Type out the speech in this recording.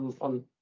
on